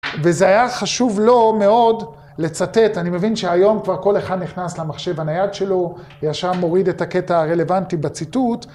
וזה היה חשוב לו מאוד לצטט, אני מבין שהיום כבר כל אחד נכנס למחשב הנייד שלו, וישר מוריד את הקטע הרלוונטי בציטוט.